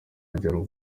ajyanwa